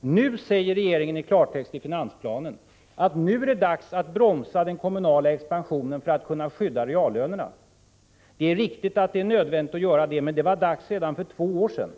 Nu säger regeringen i klartext i finansplanen att det är dags att bromsa den kommunala expansionen för att kunna skydda reallönerna. Det är riktigt att det är nödvändigt att göra detta, men det var dags redan för två år sedan.